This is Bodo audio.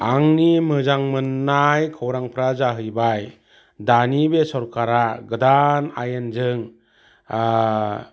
आंनि मोजां मोननाय खौरांफ्रा जाहैबाय दानि बे सरखारा गोदान आयेनजों